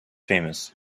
famous